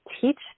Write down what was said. teach